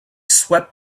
swept